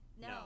No